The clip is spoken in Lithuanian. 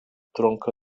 trunka